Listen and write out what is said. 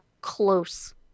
close